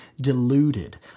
deluded